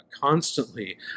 constantly